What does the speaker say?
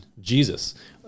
jesus